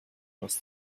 was